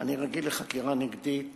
אני רגיל לחקירה נגדית